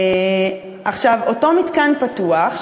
אותו מתקן פתוח,